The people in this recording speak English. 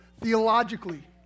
theologically